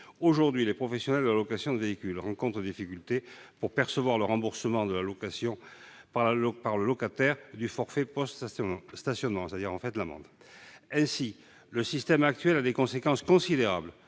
Aujourd'hui, les professionnels de la location de véhicules rencontrent des difficultés pour percevoir le remboursement par le locataire du forfait post-stationnement, c'est-à-dire l'amende. Ainsi, le système actuel a des conséquences considérables